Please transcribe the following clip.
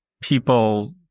people